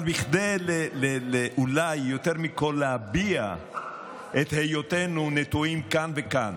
אבל אולי יותר מכול כדי להביע את היותנו נטועים כאן וכאן,